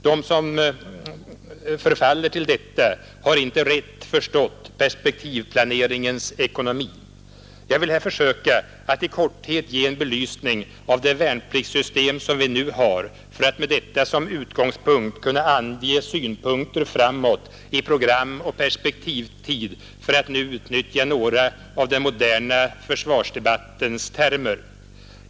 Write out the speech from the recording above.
De som förfaller till detta har inte rätt förstått perspektivplaneringens ekonomi. Jag vill här försöka att i korthet ge en belysning av det värnpliktssystem som vi nu har för att med detta som utgångspunkt kunna ange synpunkter framåt i programoch perspektivtid, för att nu utnyttja några i den moderna försvarsdebatten använda termer.